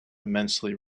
immensely